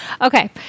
Okay